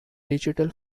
digital